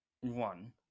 One